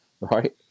right